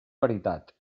veritat